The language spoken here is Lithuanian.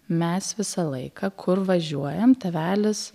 mes visą laiką kur važiuojam tėvelis